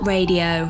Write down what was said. Radio